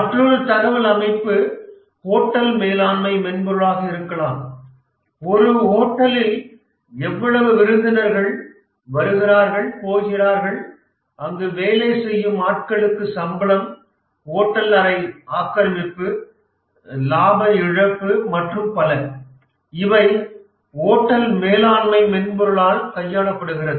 மற்றொரு தகவல் அமைப்பு ஹோட்டல் மேலாண்மை மென்பொருளாக இருக்கலாம் ஒரு ஹோட்டலில் எவ்வளவு விருந்தினர்கள் வருகிறார்கள் போகிறார்கள் அங்கு வேலைசெய்யும் ஆட்களுக்கு சம்பளம் ஹோட்டல் அறை ஆக்கிரமிப்பு இலாப இழப்பு மற்றும் பல இவை ஹோட்டல் மேலாண்மை மென்பொருளால் கையாளப்படுகின்றன